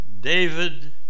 David